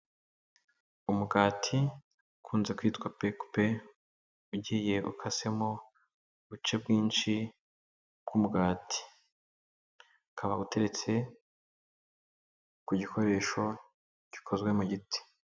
Umugati ukunze kwitwa pekupe, ugiye ukasemo ubuce bwinshi bw'umugati, ukaba uteretse ku gikoresho gikozwe mu giti.